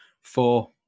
four